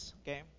okay